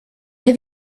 have